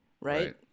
Right